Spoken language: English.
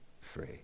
Free